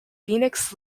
phoenix